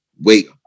Wait